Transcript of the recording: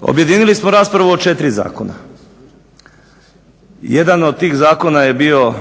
Objedinili smo raspravu o 4 zakona. Jedan od tih zakona je bio